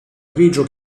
grigio